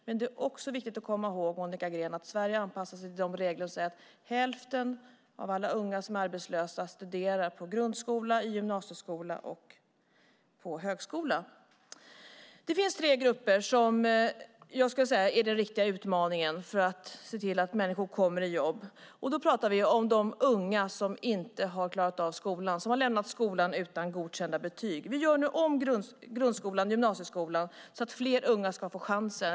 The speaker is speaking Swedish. Men det är också viktigt att komma ihåg, Monica Green, att Sverige anpassar sig till de regler som säger att hälften av alla unga som är arbetslösa studerar på grundskola, gymnasieskola och högskola. Det finns tre grupper som jag skulle vilja säga är den riktiga utmaningen när det gäller att se till att människor kommer i jobb. Då pratar vi om de unga som inte har klarat av skolan och som har lämnat skolan utan godkända betyg. Vi gör nu om grundskolan och gymnasieskolan så att fler unga ska få chansen.